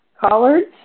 Collards